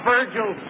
Virgil